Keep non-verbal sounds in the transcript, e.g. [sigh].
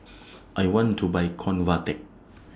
[noise] I want to Buy Convatec